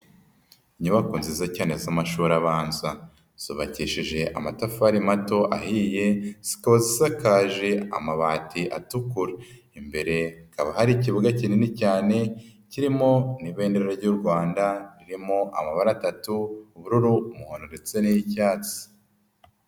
Inyubako nziza cyane z'amashuri abanza zubakishije amatafari mato ahiye, zikaba zisakaje amabati atukura, imbere hakaba hari ikibuga kinini cyane kirimo n' ibendera ry'u Rwanda ririmo amabara atatu, ubururu, umuhondo ndetse n'icyatsi.